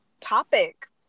topic